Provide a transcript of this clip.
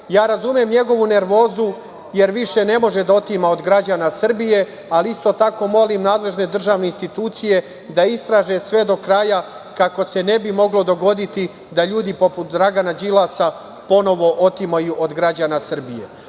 Razumem njegovu nervozu jer više ne može da otima od građana Srbije, ali isto tako molim nadležne državne institucije da istraže sve do kraja, kako se ne bi moglo dogoditi da ljudi poput Dragana Đilasa ponovo otimaju od građana Srbije. Drugo